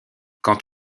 quant